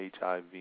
HIV